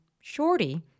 shorty